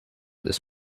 this